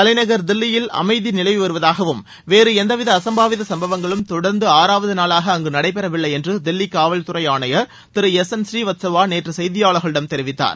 தலைநகர் தில்லியில் அமைதி நிலவி வருவதாகவும் வேறு எந்தவித அசம்பாவித சம்பவங்களும் தொடர்ந்து ஆறாவது நாளாக அங்கு நடைபெறவில்லை என்று தில்லி காவல்துறை ஆணையர் திரு எஸ் என் ஸ்ரீவத்ஸவா நேற்று செய்தியாளர்களிடம் தெரிவித்தார்